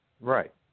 Right